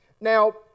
Now